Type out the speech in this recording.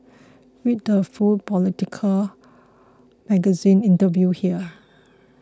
read the full Politico Magazine interview here